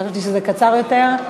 חשבתי שזה קצר יותר.